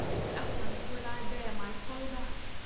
to athens will i bear my folly back,